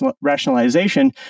rationalization